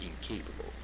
incapable